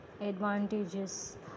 advantages